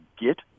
get